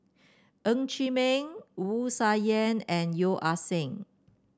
Ng Chee Meng Wu Tsai Yen and Yeo Ah Seng